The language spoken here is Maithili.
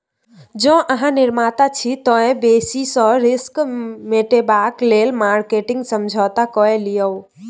जौं अहाँ निर्माता छी तए बेसिस रिस्क मेटेबाक लेल मार्केटिंग समझौता कए लियौ